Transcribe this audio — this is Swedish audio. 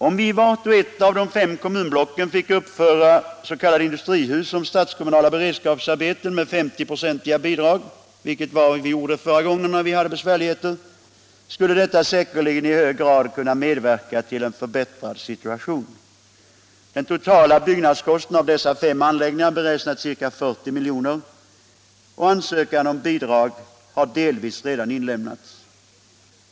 Om vi i vart och ett av de fem kommunblocken fick uppföra s.k. industrihus såsom statskommunalt beredskapsarbete med 50 96 bidrag, vilket skedde förra gången vi hade besvärligheter, skulle detta säkerligen i hög grad kunna medverka till en förbättrad situation. Den totala byggnadskostnaden för dessa fem anläggningar beräknas till ca 40 milj.kr. Ansökan om bidrag har delvis redan inlämnats.